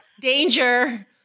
Danger